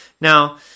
Now